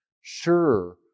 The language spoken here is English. sure